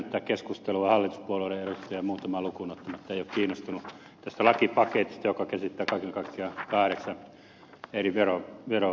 hallituspuolueiden edustajat muutamaa lukuun ottamatta eivät ole kiinnostunut tästä lakipaketista joka käsittää kaiken kaikkiaan kahdeksan eri verolakia